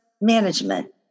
management